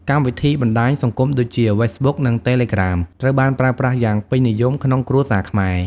កម្មវិធីបណ្ដាញសង្គមដូចជា Facebook និង Telegram ត្រូវបានប្រើប្រាស់យ៉ាងពេញនិយមក្នុងគ្រួសារខ្មែរ។